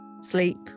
sleep